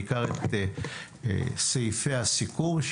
בעיקר את סעיפי הסיכום.